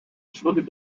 schlugen